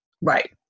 Right